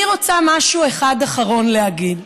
אני רוצה משהו אחד אחרון להגיד: